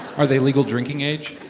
are they legal drinking age?